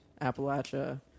Appalachia